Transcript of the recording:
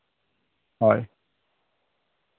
ᱦᱳᱭ